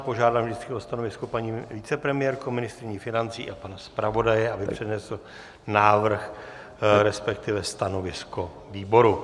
Požádám vždycky o stanovisko paní vicepremiérku, ministryni financí, a pana zpravodaje, aby přednesl návrh, respektive stanovisko výboru.